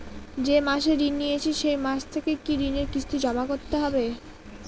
যে মাসে ঋণ নিয়েছি সেই মাস থেকেই কি ঋণের কিস্তি জমা করতে হবে?